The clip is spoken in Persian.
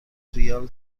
ریال